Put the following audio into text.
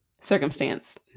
circumstance